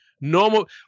normal